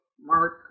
Mark